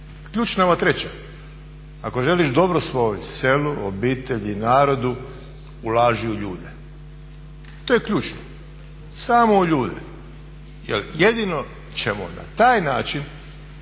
Ključna je ova treća, ako želiš dobro svom selu, obitelji, narodu, ulaži u ljude. To je ključno. Samo u ljude, jer jedino ćemo na taj način